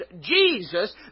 Jesus